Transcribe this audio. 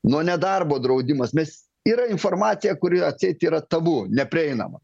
nuo nedarbo draudimas mes yra informacija kuri atseit yra tabu neprieinama